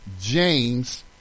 james